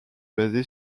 basé